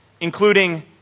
including